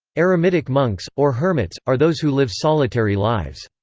eremitic monks, or hermits, are those who live solitary lives.